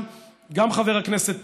גם חבר הכנסת טיבי,